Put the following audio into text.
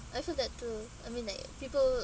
I feel that too I mean like people